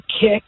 kick